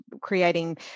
creating